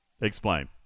Explain